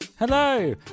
Hello